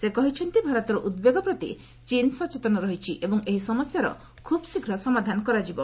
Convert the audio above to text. ସେ କହିଛନ୍ତି ଭାରତର ଉଦ୍ବେଗ ପ୍ରତି ଚୀନ୍ ସଚେତନ ରହିଛି ଏବଂ ଏହି ସମସ୍ୟାର ଖୁବ୍ ଶୀଘ୍ର ସମାଧାନ କରାଯିବ